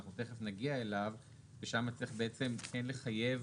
שאנחנו תיכף נגיע אליו ושם צריך בעצם כן לחייב